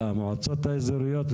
למועצות האזוריות,